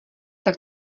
tak